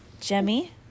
Jemmy